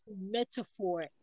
metaphor